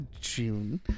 june